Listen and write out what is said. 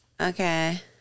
Okay